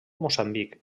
moçambic